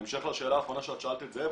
בהמשך לשאלה האחרונה שאת שאלת את זאב,